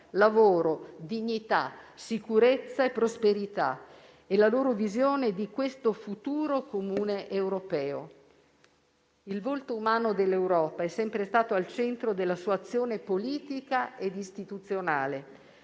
lavoro, dignità, sicurezza e prosperità e la loro visione di questo futuro comune europeo. Il volto umano dell'Europa è sempre stato al centro della sua azione politica e istituzionale.